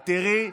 את תראי,